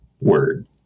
word